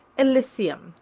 elysium,